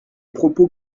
propos